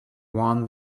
won